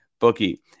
bookie